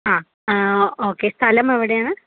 ആ ഓക്കെ സ്ഥലം എവിടെയാണ്